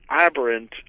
aberrant